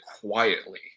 quietly